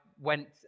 went